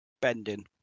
Bending